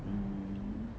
mm